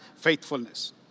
faithfulness